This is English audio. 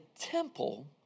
temple